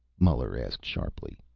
muller asked sharply.